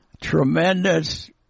tremendous